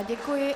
Děkuji.